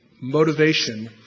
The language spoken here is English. motivation